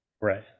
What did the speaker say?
Right